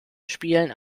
spielen